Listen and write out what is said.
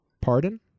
Pardon